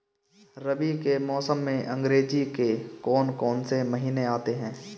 रबी के मौसम में अंग्रेज़ी के कौन कौनसे महीने आते हैं?